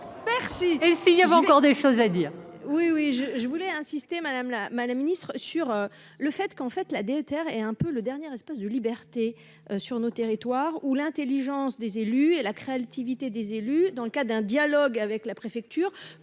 merci et si il y avait encore des choses à dire, oui, oui. Et je je voulais insister, madame la madame Ministre sur le fait qu'en fait, la DETR est un peu le dernier espace de liberté sur nos territoires ou l'Intelligence des élus et la créativité des élus dans le cas d'un dialogue avec la préfecture